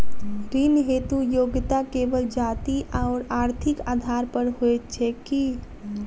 ऋण हेतु योग्यता केवल जाति आओर आर्थिक आधार पर होइत छैक की?